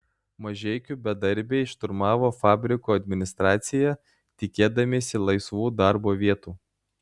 mažeikių bedarbiai šturmavo fabriko administraciją tikėdamiesi laisvų darbo vietų